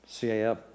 CAF